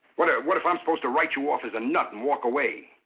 what what if i'm supposed to write you off as a nut and walk away?